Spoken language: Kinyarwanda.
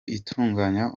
itunganya